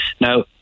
Now